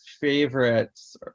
favorites